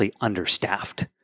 understaffed